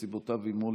וסיבותיו עימו,